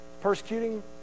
Persecuting